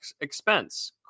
expense